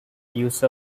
use